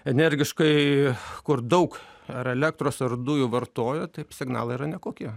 energiškai kur daug ar elektros ar dujų vartoja taip signalai yra nekokie